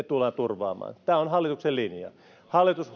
tullaan turvaamaan tämä on hallituksen linja hallitus